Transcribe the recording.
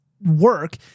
work